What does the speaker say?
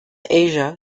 asia